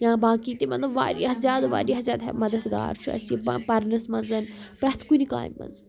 یا باقٕے تہِ مطلب واریاہ زیادٕ واریاہ زیادٕ مَدد گار چھُ اَسہِ یہِ پَرنَس منٛز پرٛٮ۪تھ کُنہِ کامہِ منٛز